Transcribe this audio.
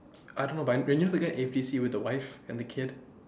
I don't know but y~ were gonna A_P_C with the wife and the kid